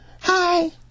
Hi